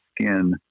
skin